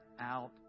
out